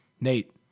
Nate